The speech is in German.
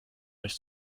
nicht